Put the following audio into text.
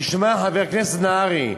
תשמע, חבר הכנסת נהרי,